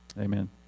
Amen